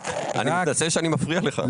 אני מתנצל שאני מפריע לך.